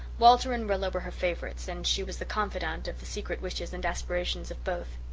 walter and rilla were her favourites and she was the confidante of the secret wishes and aspirations of both.